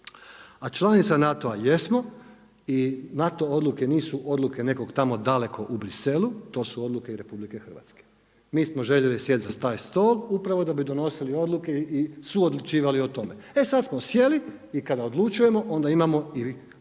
A članica NATO-a jesmo i NATO odluke nisu odluke nekog tamo daleko u Briselu, to su odluke i RH. Mi smo željeli sjesti za taj stol upravo da bi donosili odluke i suodlučivali o tome. E sada smo sjeli i kada odlučujemo onda imamo i obvezu